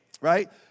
right